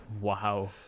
Wow